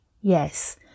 Yes